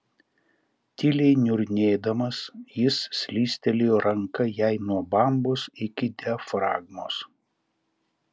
tyliai niurnėdamas jis slystelėjo ranka jai nuo bambos iki diafragmos